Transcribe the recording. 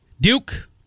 Duke